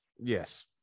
Yes